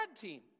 team